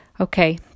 Okay